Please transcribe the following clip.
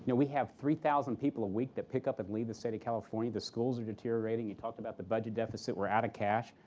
yeah we have three thousand people a week that pick up and leave the state of california, the schools are deteriorating. you talked about the budget deficit. we're out of cash,